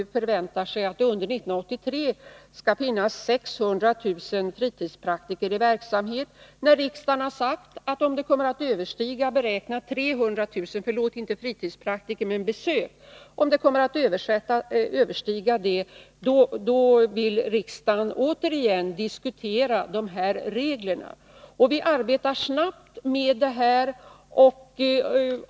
Man förväntar sig att det under 1983 kommer att göras 600 000 besök hos fritidspraktiker. Riksdagen har sagt att den återigen vill diskutera reglerna för fritidspraktikernas verksamhet om antalet besök överstiger 300 000. Vi arbetar snabbt med denna utredning.